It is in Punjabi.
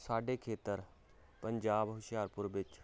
ਸਾਡੇ ਖੇਤਰ ਪੰਜਾਬ ਹੁਸ਼ਿਆਰਪੁਰ ਵਿੱਚ